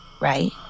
right